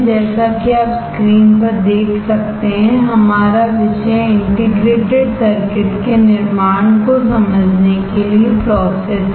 जैसा कि आप स्क्रीन पर देख सकते हैंहमारा विषय इंटीग्रेटेड सर्किट के निर्माण को समझने के लिए प्रोसेस हैं